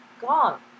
gone